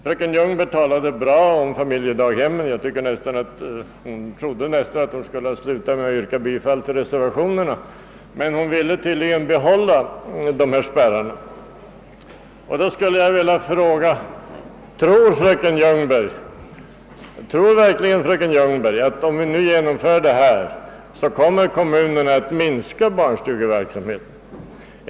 Fröken Ljungberg talade bra om familjedaghemmen — jag trodde nästan att hon skulle sluta med att yrka bifall till reservationen — men hon ville tydligen behålla dessa spärrar. Menar fröken Ljungberg verkligen att kommunerna, om vi genomför denna reform, kommer att minska barnstugeverksamheten?